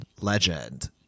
legend